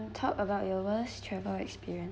talk about your worst travel experience